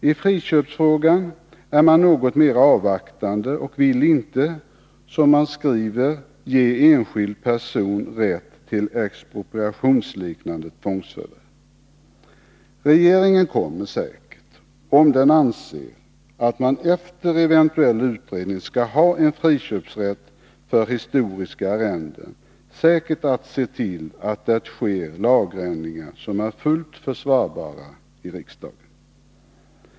I friköpsfrågan är de något mera avvaktande och vill inte, som de skriver, ge enskild person rätt till expropriationsliknande tvångsförvärv. Regeringen kommer — om den efter eventuell utredning anser att man skall ha en friköpsrätt för historiska arrenden — säkert att se till att det sker lagändringar som är fullt försvarbara i riksdagen.